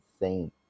insane